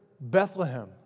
Bethlehem